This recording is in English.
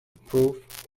proof